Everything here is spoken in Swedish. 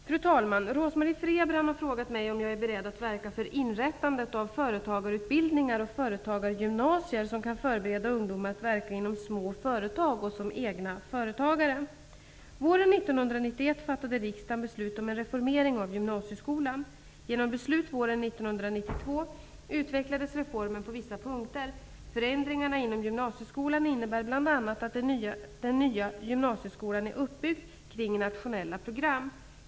Fru talman! Rose-Marie Frebran har frågat mig om jag är beredd att verka för inrättandet av företagarutbildningar och företagargymnasier som kan förbereda ungdomar för att verka inom små företag och som egna företagare. Våren 1991 fattade riksdagen beslut om en reformering av gymnasieskolan. Genom beslut våren 1992 utvecklades reformen på vissa punkter. att den nya gymnasieskolan är uppbyggd kring nationella program.